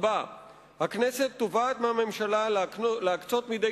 4. הכנסת תובעת מהממשלה להקצות מדי